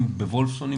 הם נמצאים בוולפסון,